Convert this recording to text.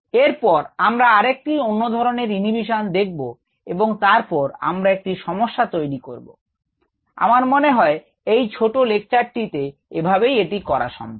এরপর আমরা আরেকটি অন্যধরনের ইউনিভিশন দেখব এবং তারপর আমরা একটি সমস্যা তৈরি করব আমার মনে হয় এই ছোট লেকচারটিতে এভাবেই এটি করা সম্ভব